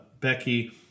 Becky